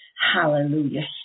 Hallelujah